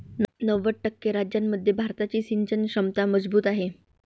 नव्वद टक्के राज्यांमध्ये भारताची सिंचन क्षमता मजबूत आहे